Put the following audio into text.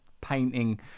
painting